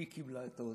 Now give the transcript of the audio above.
היא קיבלה את ההודעה.